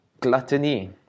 gluttony